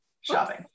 shopping